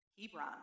Hebron